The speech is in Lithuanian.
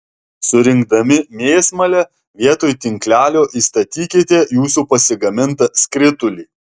surinkdami mėsmalę vietoj tinklelio įstatykite jūsų pasigamintą skritulį